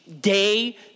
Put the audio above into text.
day